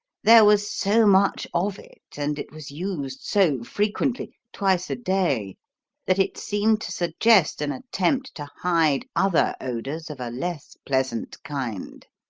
there was so much of it, and it was used so frequently twice a day that it seemed to suggest an attempt to hide other odours of a less pleasant kind.